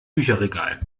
bücherregal